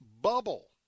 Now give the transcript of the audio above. bubble